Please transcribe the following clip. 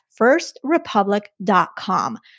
firstrepublic.com